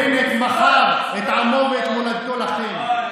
בנט מכר את עמו ואת מולדתו לכם.